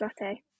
latte